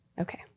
Okay